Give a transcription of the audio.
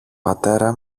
πατέρα